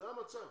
זה המצב.